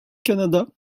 canada